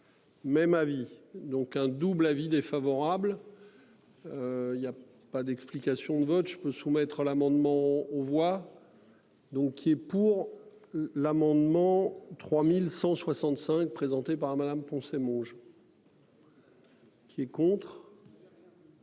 Même avis donc un double avis défavorable. Il y a pas d'explication de vote je peux soumettre l'amendement on voit. Donc il est pour. L'amendement 3165 présentée par Madame Poncet moche. Qui est contre.